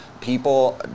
people